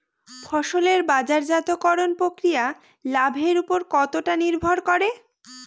ফসলের বাজারজাত করণ প্রক্রিয়া লাভের উপর কতটা নির্ভর করে?